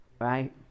right